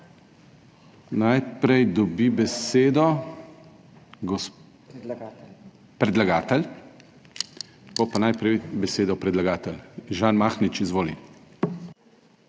Najprej dobi besedo ... Predlagatelj. Bo pa najprej besedo predlagatelj. Žan Mahnič, izvoli.